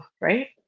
Right